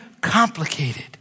complicated